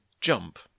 jump